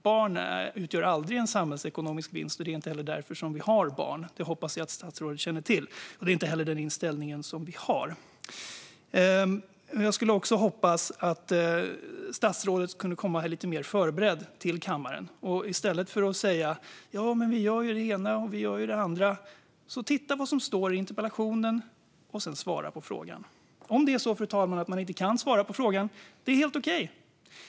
Barn utgör aldrig en samhällsekonomisk vinst, och det är inte heller därför som vi har barn. Det hoppas jag att statsrådet känner till. Det är inte heller den inställning som vi har. Jag skulle också önska att statsrådet kunde komma lite mer förberedd till kammaren och i stället för att säga att ni gör det ena och det andra läsa vad som står i interpellationen och sedan svara på frågan. Om det är så, fru talman, att man inte kan svara på frågan är det helt okej.